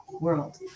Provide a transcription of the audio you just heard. world